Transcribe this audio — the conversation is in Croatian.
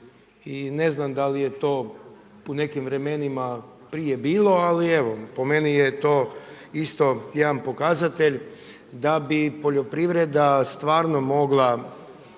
I ne znam da li je to u nekim vremenima prije bilo, ali evo, po meni je to isto jedan pokazatelj da bi poljoprivreda stvarno mogla